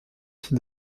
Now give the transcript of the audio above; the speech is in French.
qui